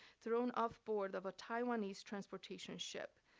thrown off board of a taiwanese transportation ship.